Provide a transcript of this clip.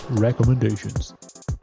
Recommendations